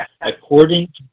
According